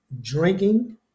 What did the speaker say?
drinking